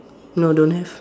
no don't have